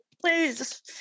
please